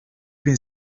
bin